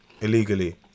illegally